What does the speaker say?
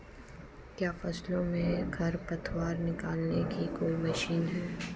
क्या फसलों से खरपतवार निकालने की कोई मशीन है?